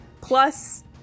Plus